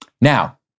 Now